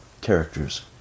characters